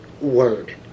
word